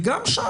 וגם שם,